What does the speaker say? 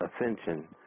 ascension